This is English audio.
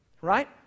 Right